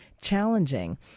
challenging